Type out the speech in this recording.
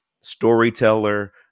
storyteller